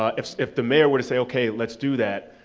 ah if if the mayor were to say, okay, let's do that,